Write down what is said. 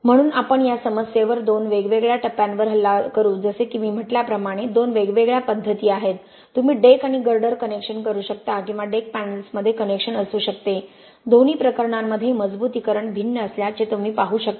म्हणून आपण या समस्येवर दोन वेगवेगळ्या टप्प्यांवर हल्ला करू जसे की मी म्हटल्याप्रमाणे दोन वेगवेगळ्या पद्धती आहेत तुम्ही डेक आणि गर्डर कनेक्शन करू शकता किंवा डेक पॅनल्समध्ये कनेक्शन असू शकता दोन्ही प्रकरणांमध्ये मजबुतीकरण भिन्न असल्याचे तुम्ही पाहू शकता